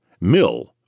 Mill